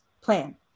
plan